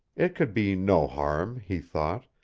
it could be no harm, he thought,